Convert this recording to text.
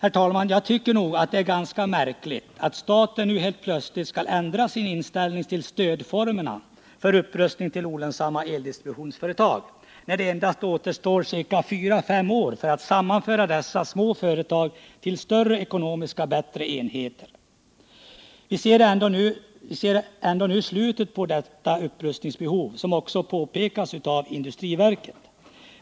Jag tycker nog att det är ganska märkligt att staten nu helt plötsligt skall ändra sin inställning i fråga om stödet till olönsamma eldistributionsföretag för upprustning, när det endast återstår fyra fem år tills man kan sammanföra dessa små företag till större och ekonomiskt bärkraftigare enheter. Vi ser ändå nu slutet på detta upprustningsbehov, vilket också påpekas av industriverket.